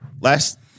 last